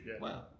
wow